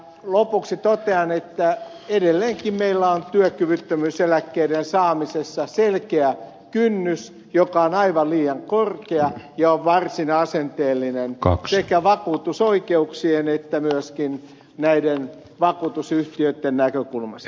lopuksi totean että edelleenkin meillä on työkyvyttömyyseläkkeiden saamisessa selkeä kynnys joka on aivan liian korkea ja on varsin asenteellinen sekä vakuutusoikeuksien että myöskin näiden vakuutusyhtiöitten näkökulmasta